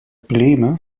brehme